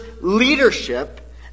leadership